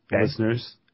listeners